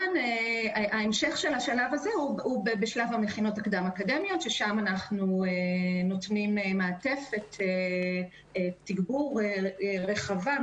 המשך שלב זה הוא במכינות הקדם אקדמיות שם אנו נותנים מעטפת תגבור רחבה.